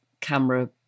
camera